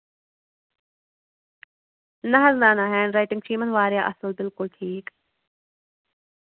نہ حظ نہ نہ ہینٛڈ رایٹِنٛگ چھِ یِمن واریاہ اَصٕل بِلکُل ٹھیٖک